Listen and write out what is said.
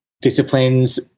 disciplines